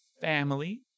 family